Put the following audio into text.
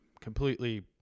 completely